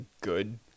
good